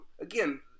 again